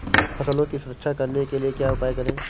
फसलों की सुरक्षा करने के लिए क्या उपाय करें?